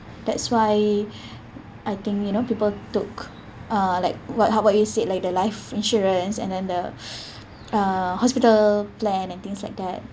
that's why I think you know people took uh like what how about you said like the life insurance and then the uh hospital plan and things like that